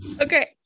Okay